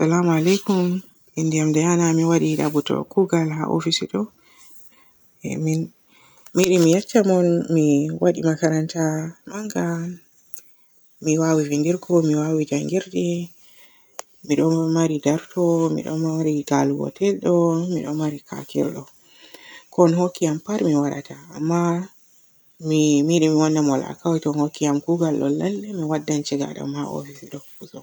Salama alaikum innde am Diana Mi waari dabbutu kuugal haa ofis e ɗo. Min-mi yiɗi mi yecca mon mi waaɗi makaran ta manga, mi waawi wiirdirgo, mi waawi njanngirde, mi ɗo maari dafto, mi ɗo maari taluwatelɗo, mi ɗo maari katirɗo. Kon hokki am pat mi waadata amma mi yiɗi mi-mi wanna on alkawal to on hokki am kuugal ɗo lallay mi waddan ceegadam e ofis e ɗo.usoko.